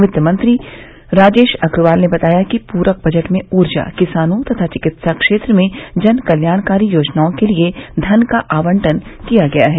वित्त मंत्री राजेश अग्रवाल ने बताया कि पूरक बजट में ऊर्जा किसानों तथा चिकित्सा क्षेत्र में जन कल्याणकारी योजनाओं के लिये धन का आवंटन किया गया है